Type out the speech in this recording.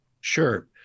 Sure